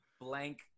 blank